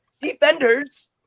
defenders